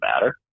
matter